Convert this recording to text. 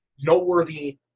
noteworthy